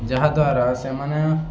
ଯାହାଦ୍ୱାରା ସେମାନେ